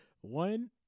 One